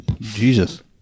Jesus